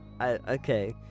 Okay